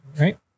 right